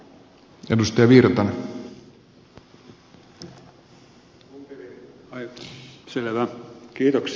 ai selvä kiitoksia